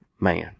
Man